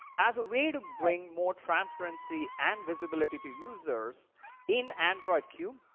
as a way to bring more transparency and visibility to users in android q,